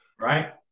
Right